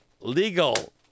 Legal